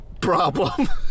problem